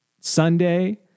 Sunday